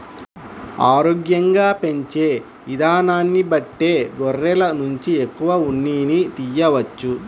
ఆరోగ్యంగా పెంచే ఇదానాన్ని బట్టే గొర్రెల నుంచి ఎక్కువ ఉన్నిని తియ్యవచ్చు